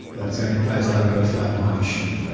that's the only place i've ever flown my machine.